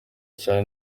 cyane